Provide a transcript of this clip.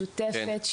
משותפת,